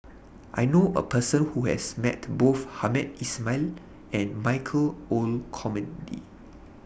I know A Person Who has Met Both Hamed Ismail and Michael Olcomendy